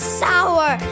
sour